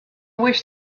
wish